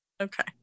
Okay